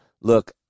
Look